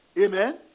Amen